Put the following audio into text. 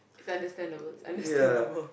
is understand the words understandable